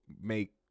make